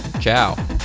ciao